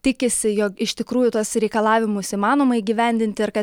tikisi jog iš tikrųjų tuos reikalavimus įmanoma įgyvendinti ir kad